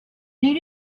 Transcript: need